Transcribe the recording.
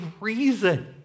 reason